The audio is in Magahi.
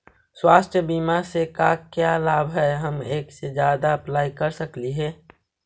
स्वास्थ्य बीमा से का क्या लाभ है हम एक से जादा अप्लाई कर सकली ही?